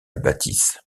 bâtisse